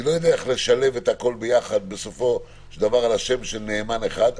אני לא יודע איך לשלב את הכול ביחד בסופו של דבר לגבי נאמן אחד.